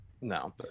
no